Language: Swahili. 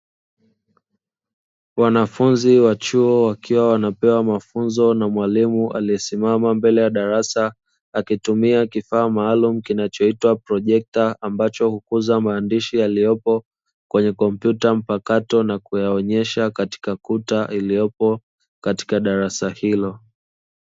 Wanafunzi wa chuo wakiwa wanapewa mafunzo na mwalimu aliyesimama mbele ya darasa akitumia kifaa maalumu kinachoitwa projekta, ambacho hukuza maandishi yaliyepo kwenye kompyuta mpakato na kuyaonyesha katika kuta iliyopo katika darasa hilo.